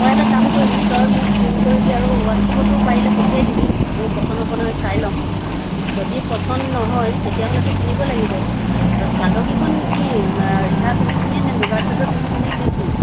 তই এটা কাম কৰিবি তই মোক ফোন কৰিবি আৰু হোৱাটছাপতো পাৰিলে পঠিয়াই দিবি মোৰ পচন্দ হ'ব নাই চাই ল'ম যদি পচন্দ নহয় তেতিয়াহ'লেতো কিনিব লাগিব আৰু চাদৰকেইখন কি ৰিহা পিন্ধিবিনে নে মুগাৰ চাদৰ পিন্ধিবি নে কি